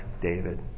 David